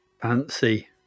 Fancy